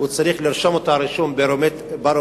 צריך לרשום אותם רישום ביומטרי.